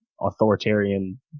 authoritarian